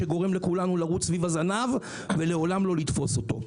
שגורם לכולנו לרוץ סביב הזנב ולעולם לא לתפוס אותו.